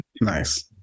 nice